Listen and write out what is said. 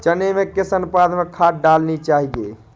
चने में किस अनुपात में खाद डालनी चाहिए?